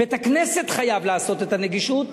בית-הכנסת חייב לעשות את הנגישות.